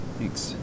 Thanks